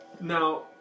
Now